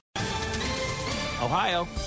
Ohio